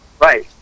Right